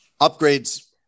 upgrades